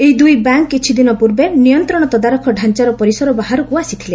ଏହି ଦୁଇ ବ୍ୟାଙ୍କ୍ କିଛିଦିନ ପୂର୍ବେ ନିୟନ୍ତ୍ରଣ ତଦାରଖ ଢାଞ୍ଚାର ପରିସର ବାହାରକୁ ଆସିଥିଲେ